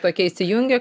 tokia įsijungia